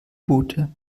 boote